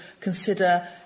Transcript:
consider